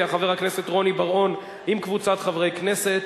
חבר הכנסת רוני בר-און עם קבוצת חברי הכנסת,